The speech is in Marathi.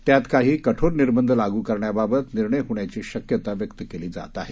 त्यात काही कठोर निर्बंध लागू करण्याबाबत निर्णय होण्याची शक्यता व्यक्त केली जात आहे